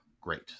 great